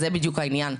זה בדיוק העניין.